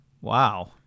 Wow